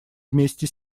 вместе